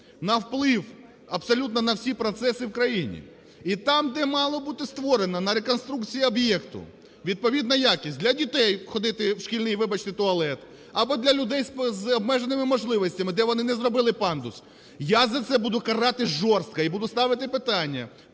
на вплив абсолютно на всі процеси в країні. І там, де мало бути створено на реконструкцію об'єкту відповідна якість для дітей (ходити в шкільний, вибачте, туалет) або для людей з обмеженими можливостями, де вони не зробили пандус, я за це буду карати жорстко і буду ставити питання